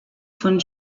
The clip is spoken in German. von